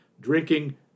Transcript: drinking